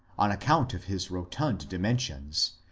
on account of his rotund dimensions,